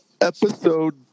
episode